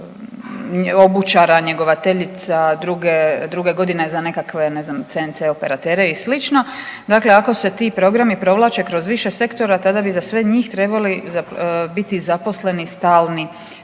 ne znam …/Govornik se ne razumije/…operatere i slično, dakle ako se ti programi provlače kroz više sektora tada bi za sve njih trebali biti zaposleni stalni